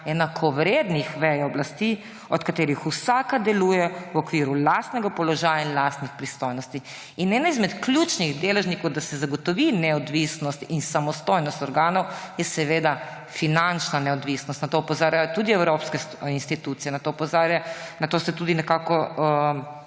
enakovrednih vej oblasti, od katerih vsaka deluje v okviru lastnega položaja in lastnih pristojnosti.« Ena izmed ključnih deležnikov, da se zagotovi neodvisnost in samostojnost organov, je seveda finančna neodvisnost. Na to opozarjajo tudi evropske institucije, k temu ste tudi nekako